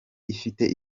ifite